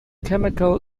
chemical